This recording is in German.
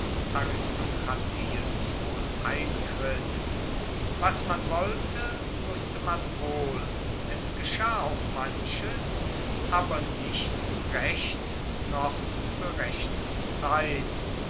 aristokratien wohl eintritt was man wollte wusste man wohl es geschah auch manches aber nichts recht noch zur rechten zeit